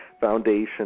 Foundation